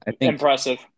impressive